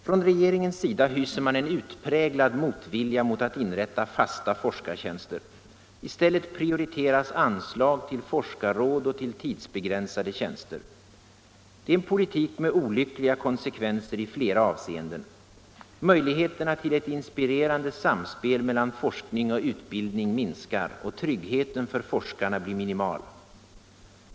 Från regeringens sida hyser man utpräglad motvilja mot att inrätta fasta forskartjänster. I stället prioriteras anslag till forskarråd och till tidsbegränsade tjänster. Det är en politik med olyckliga konsekvenser i flera avseenden. Möjligheterna till ett inspirerande samspel mellan forskning och utbildning minskar, och tryggheten för forskarna blir minimal.